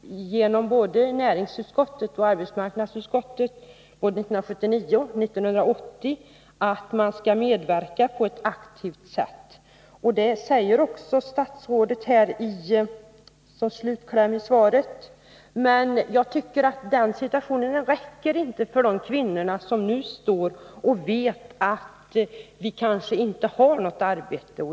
Både näringsutskottet och arbetsmark 61 nadsutskottet har ju 1979 och 1980 uttalat att staten skall medverka på ett aktivt sätt. Detsamma säger också statsrådet i slutet av sitt svar. Men det räcker inte för de kvinnor som snart kanske står utan arbete.